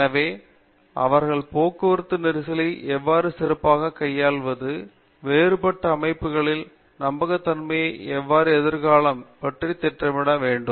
எனவே அவர்கள் போக்குவரத்து நெரிசலை எவ்வாறு சிறப்பாக கையாள்வது வேறுபட்ட அமைப்புகளின் நம்பகத்தன்மை மற்றும் எதிர்காலம் பற்றி திட்டமிட வேண்டும்